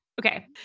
Okay